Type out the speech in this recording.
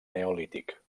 neolític